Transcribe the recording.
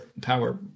power